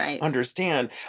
understand